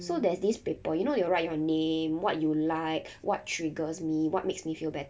so there's this paper you know they will write your name what you like what triggers me what makes me feel better